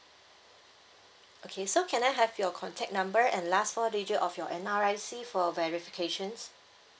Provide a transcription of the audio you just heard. okay so can I have your contact number and last four digit of your N_R_I_C for verification